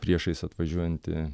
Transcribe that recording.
priešais atvažiuojantį